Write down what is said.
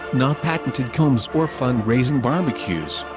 not patented combs or fund-raising barbeques.